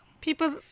People